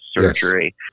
surgery